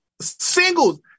singles